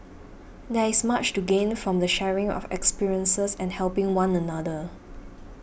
there is much to gain from the sharing of experiences and helping one another